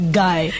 guy